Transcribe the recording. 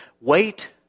Wait